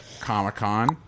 Comic-Con